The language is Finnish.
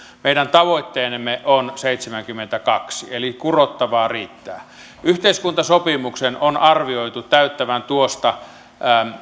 meidän tavoitteemme on seitsemänkymmentäkaksi eli kurottavaa riittää yhteiskuntasopimuksen on arvioitu täyttävän tuosta